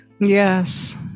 Yes